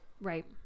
Right